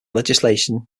legislation